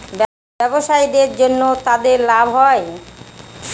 ব্যবসায়ীদের জন্য তাদের লাভ হয়